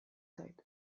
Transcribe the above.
zait